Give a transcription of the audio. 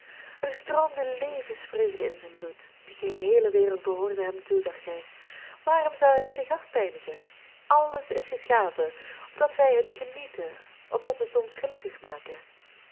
er stroomde levensvreugde in zijn bloed de geheele wereld behoorde hem toe dacht hij waarom zou hij zich afpijnigen alles is geschapen opdat wij het genieten opdat het ons gelukkig make